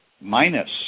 minus